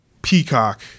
peacock